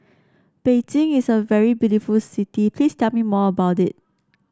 Beijing is a very beautiful city Please tell me more about it